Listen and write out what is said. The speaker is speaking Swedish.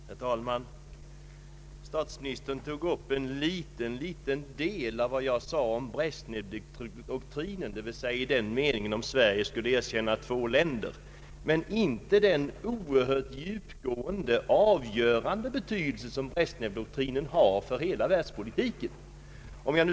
Herr talman! Statsminister Palme tog upp en liten del av det jag anförde om Brezjnevdoktrinen, d.v.s. i den meningen om Sverige skulle erkänna öÖsttyskland och Nordkorea, men inte den oerhört djupgående och avgörande betydelse som Brezjnevdoktrinen har för hela världspolitiken.